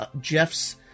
Jeff's